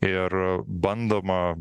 ir bandoma